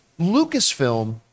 Lucasfilm